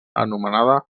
anomenada